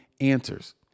answers